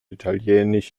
italienisch